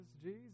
Jesus